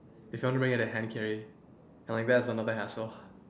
if you want to bring you have to the hand carry that's another hassle